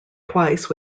twice